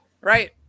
right